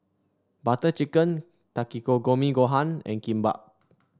Butter Chicken Gohan and Kimbap